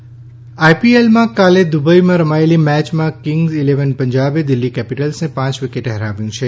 IPL આઈપીએલમાં કાલે દુબઈમાં રમાયેલી મેચમાં કિંગ્સ ઈલેવન પંજાબે દિલ્ફી કેપીટલ્સને પાંચ વિકેટે હરાવ્યું છે